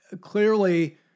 clearly